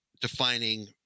defining